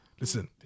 listen